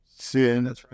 Sin